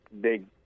big